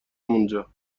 اونجا